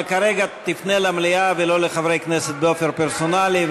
אבל כרגע תפנה למליאה ולא לחברי כנסת באופן פרסונלי,